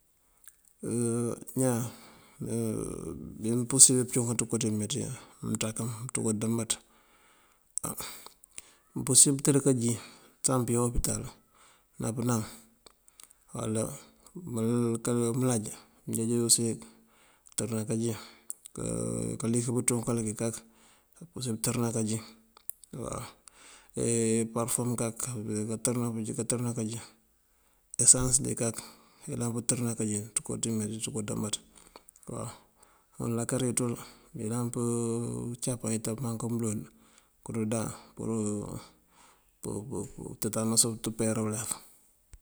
ñaan bí mëpursir puţúukan ţuko ţí mëmee ţí mënţákëm ţuko dëbaţ. Á mëmpursir këntër kájin sáŋ këyá opital ná pënam uwala mënká mëlaj kënjeej use këntërëna kájin, kalif bëţunkal bí kak kapursir këntërëna kájin. eparfom kak ayëlan këntërëna kájin. Esans dí kak ayëlan këntërëna kájin ţí ţëkoo ţímeeţí ţëkoo dëmbaţ waw. Uwala lakatiţ ţul mëyëlan kacapan mëmangu mëloont karu ndáan pur tetanus kabe dí ulef.